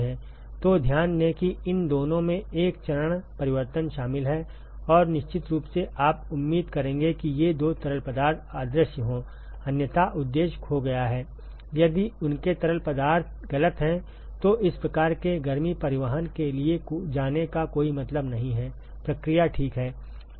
तो ध्यान दें कि इन दोनों में एक चरण परिवर्तन शामिल है और निश्चित रूप से आप उम्मीद करेंगे कि ये दो तरल पदार्थ अदृश्य हों अन्यथा उद्देश्य खो गया है यदि उनके तरल पदार्थ गलत हैं तो इस प्रकार के गर्मी परिवहन के लिए जाने का कोई मतलब नहीं है प्रक्रिया ठीक है